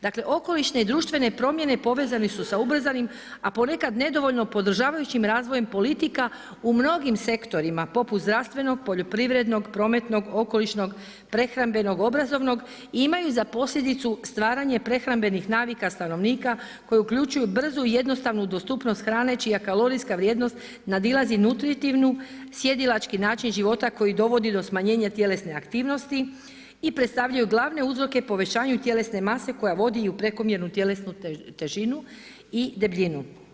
Dakle, okolišne i društvene promjene povezane su se ubrzanim, a ponekad nedovoljno podržavajućim razvojem politika u mnogim sektorima poput zdravstvenog, poljoprivrednog, prometnog, okolišnog, prehrambenog, obrazovnog, imaju za posljedicu stvaranje prehrambenih navika stanovnika koji uključuju brzu, jednostavnu dostupnost hrane čija kalorijska vrijednost nadilazi nutritivnu, sjedilački način života koji dovodi do smanjenja tjelesne aktivnosti i predstavljaju glavne uzroke povećanju tjelesne mase koja vodi i u prekomjernu tjelesnu težinu i debljinu.